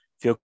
feel